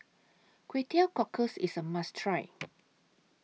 Kway Teow Cockles IS A must Try